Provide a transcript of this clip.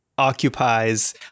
Occupies